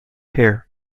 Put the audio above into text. here